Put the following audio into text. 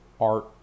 art